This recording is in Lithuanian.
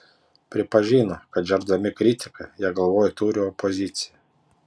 pripažino kad žerdami kritiką jie galvoje turi opoziciją